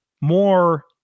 more